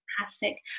fantastic